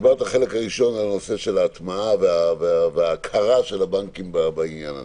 דיברת בחלק הראשון על נושא ההטמעה וההכרה של הבנקים בעניין הזה,